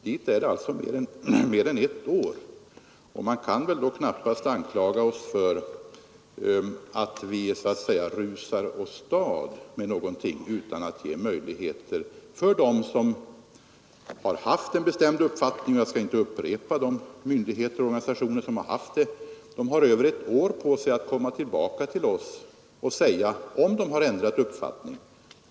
Dit är det mer än ett år, och man kan väl då knappast anklaga oss för att vi rusar åstad med någonting utan att ge möjligheter för dem som har haft en bestämd uppfattning — jag skall inte upprepa vilka myndigheter och organisationer det är som har haft det — att komma tillbaka till oss och tala om huruvida de har ändrat uppfattning.